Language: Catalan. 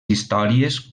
històries